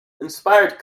inspired